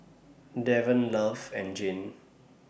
Darron Love and Jane